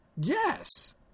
Yes